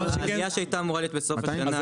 העלייה שהייתה אמורה להיות בסוף השנה,